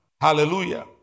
Hallelujah